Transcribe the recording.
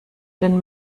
den